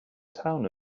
town